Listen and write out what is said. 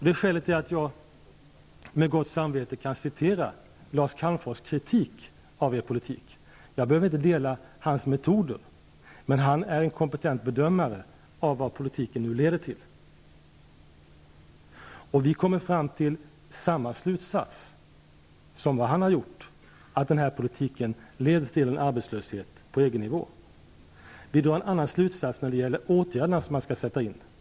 Det är skälet till att jag med gott samvete kan citera Lars Calmfors kritik av er politik. Jag behöver inte ansluta mig till hans metoder, men han är en kompetent bedömare av vad politiken nu leder till. Vi kommer fram till samma slutsats som han har gjort, att politiken leder till en arbetslöshet på EG Vi drar en annan slutsats när det gäller åtgärderna som man skall sätta in.